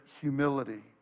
humility